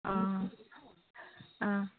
ꯑꯥ ꯑꯥ